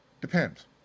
Depends